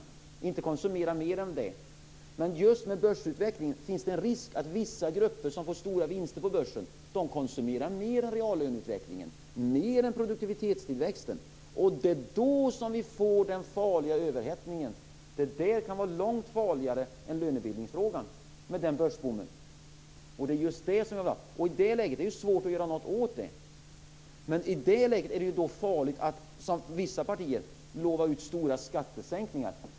Vi får inte konsumera mer än så. Men just med tanke på börsutvecklingen finns det en risk att vissa grupper som får stora vinster på börsen konsumerar mer än reallöneutvecklingen, mer än produktivitetstillväxten. Det är då vi får den farliga överhettningen. Det kan vara långt farligare än lönebildningsfrågan med den börsboomen. Det är just det som är farligt. Och det är svårt att göra något det. I det läget är det farligt att som vissa partier lova ut stora skattesänkningar.